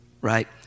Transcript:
right